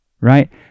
right